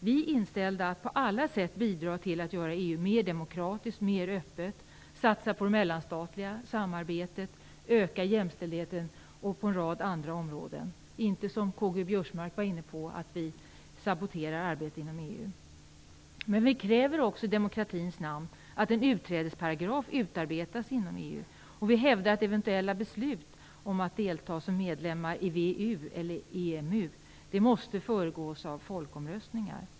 Vi är inställda på att på alla sätt bidra till att göra EU mer demokratiskt och mer öppet, på att satsa på det mellanstatliga samarbetet, öka jämställdheten på en rad områden. Det är inte så som Karl-Göran Biörsmark var inne på, att vi saboterar arbetet inom EU. Men vi kräver också i demokratins namn att en utträdespragraf utarbetas inom EU. Vi hävdar att eventuella beslut om att delta som medlem i VEU eller EMU måste föregås av folkomröstningar.